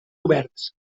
oberts